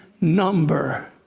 number